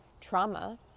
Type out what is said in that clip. trauma